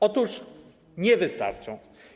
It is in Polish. Otóż nie wystarczą.